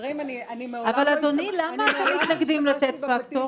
אבל, אדוני, למה אתם מתנגדים לתת פקטור?